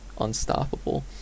unstoppable